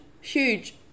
huge